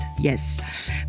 yes